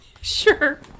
Sure